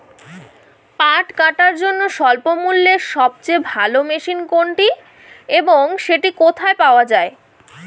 পাট কাটার জন্য স্বল্পমূল্যে সবচেয়ে ভালো মেশিন কোনটি এবং সেটি কোথায় পাওয়া য়ায়?